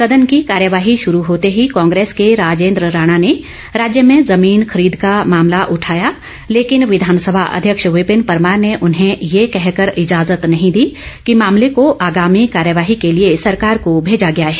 सदन की कार्यवाही शरू होते ही कांग्रेस के राजेंद्र राणा ने राज्य में जमीन खरीद का मामला उठाया लेकिन विधानसभा अध्यक्ष विपिन परमार ने उन्हें ये कहकर इजाजत नहीं दी कि मामले को आगामी कार्यवाही के लिए सरकार को भेजा गया है